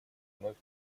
вновь